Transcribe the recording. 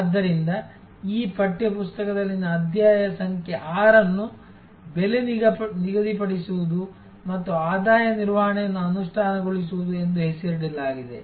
ಆದ್ದರಿಂದ ಈ ಪಠ್ಯ ಪುಸ್ತಕದಲ್ಲಿನ ಅಧ್ಯಾಯ ಸಂಖ್ಯೆ 6 ಅನ್ನು ಬೆಲೆ ನಿಗದಿಪಡಿಸುವುದು ಮತ್ತು ಆದಾಯ ನಿರ್ವಹಣೆಯನ್ನು ಅನುಷ್ಠಾನಗೊಳಿಸುವುದು ಎಂದು ಹೆಸರಿಸಲಾಗಿದೆ